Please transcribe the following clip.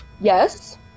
Yes